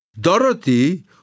Dorothy